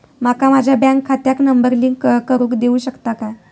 माका माझ्या बँक खात्याक नंबर लिंक करून देऊ शकता काय?